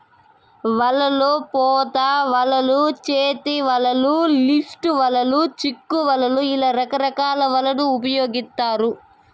వలల్లో పోత వలలు, చేతి వలలు, లిఫ్ట్ వలలు, చిక్కు వలలు ఇలా రకరకాల వలలను ఉపయోగిత్తారు